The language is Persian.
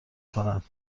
کند